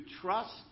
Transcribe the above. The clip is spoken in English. trust